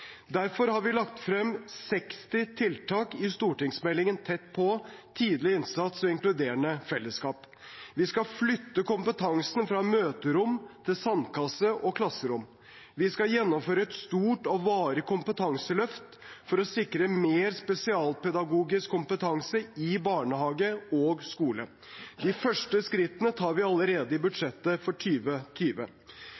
Derfor har vi lagt frem 60 tiltak i stortingsmeldingen «Tett på – tidlig innsats og inkluderende fellesskap i barnehage, skole og SFO». Vi skal flytte kompetansen fra møterom til sandkasse og klasserom. Vi skal gjennomføre et stort og varig kompetanseløft for å sikre mer spesialpedagogisk kompetanse i barnehage og skole. De første skrittene tar vi allerede i